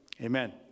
Amen